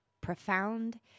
profound